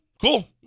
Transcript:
Cool